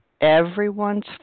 everyone's